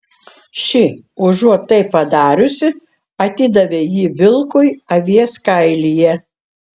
ši užuot tai padariusi atidavė jį vilkui avies kailyje